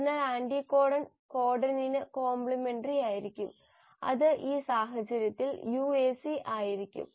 അതിനാൽ ആന്റികോഡൺ കോഡണിന് കോംപ്ലിമെന്ററി ആയിരിക്കും അത് ഈ സാഹചര്യത്തിൽ UAC ആയിരിക്കും